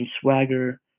swagger